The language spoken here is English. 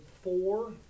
four